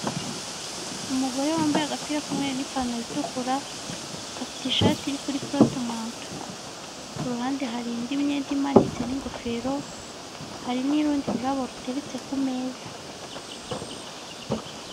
Umugore wambaye agapira k'umweru n'ipantaro itukura afite ishati iri kuri porotomanto. Ku ruhande hari indi myenda imanitse n'ingofero hari n'urundi rurabo ruteretse ku meza.